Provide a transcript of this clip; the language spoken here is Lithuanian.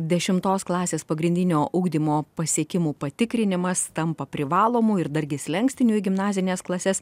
dešimtos klasės pagrindinio ugdymo pasiekimų patikrinimas tampa privalomu ir dargi slenkstiniu į gimnazines klases